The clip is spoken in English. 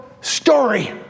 story